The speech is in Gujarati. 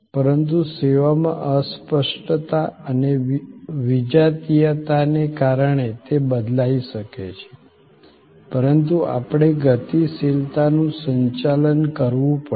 પરંતુ સેવામાં અસ્પષ્ટતા અને વિજાતીયતાને કારણે તે બદલાઈ શકે છે પરંતુ આપણે ગતિશીલતાનું સંચાલન કરવું પડશે